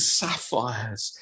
sapphires